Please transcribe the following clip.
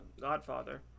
godfather